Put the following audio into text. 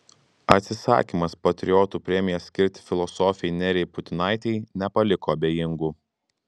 atsisakymas patriotų premiją skirti filosofei nerijai putinaitei nepaliko abejingų